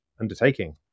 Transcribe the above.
undertaking